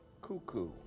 Cuckoo